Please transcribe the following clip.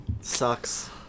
Sucks